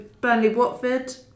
Burnley-Watford